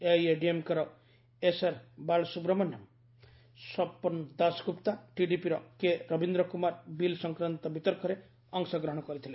ଏଆଇଏଡିଏମ୍କେର S R Balasubramanian Swapan Dasgupta ଟିଡିପିର K Ravindrakumar bill ସଂକ୍ରାନ୍ତ ବିତର୍କରେ ଅଂଶଗ୍ରହଣ କରିଥିଲେ